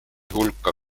hulka